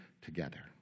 together